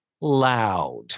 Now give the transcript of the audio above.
loud